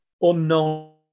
unknown